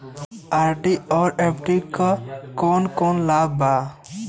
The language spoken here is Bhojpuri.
आर.डी और एफ.डी क कौन कौन लाभ बा?